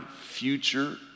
future